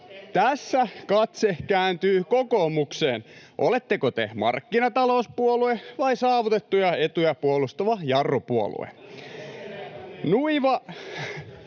Tässä katse kääntyy kokoomukseen — oletteko te markkinatalouspuolue vai saavutettuja etuja puolustava jarrupuolue? [Naurua